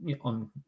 on